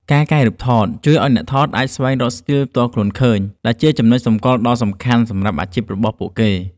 ការកែរូបថតជួយឱ្យអ្នកថតរូបអាចស្វែងរកស្ទីលផ្ទាល់ខ្លួនឃើញ ដែលជាចំណុចសម្គាល់ដ៏សំខាន់សម្រាប់អាជីពរបស់ពួកគេ។